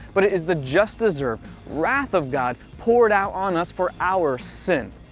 but it is the just deserved wrath of god poured out on us for our sin.